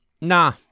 Nah